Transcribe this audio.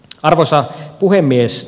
arvoisa puhemies